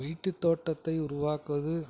வீட்டு தோட்டத்தை உருவாக்குவது